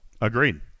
Agreed